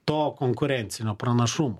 to konkurencinio pranašumo